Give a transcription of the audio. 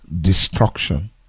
destruction